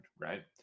right